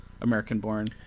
American-born